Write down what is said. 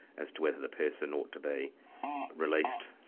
as to whether the person ought to be released,